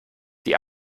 die